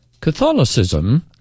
Catholicism